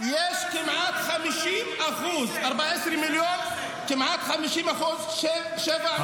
יש כמעט 50% מ-14 מיליון, שהם 7 מיליון פלסטינים.